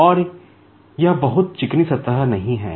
और यह बहुत चिकनी सतह नहीं है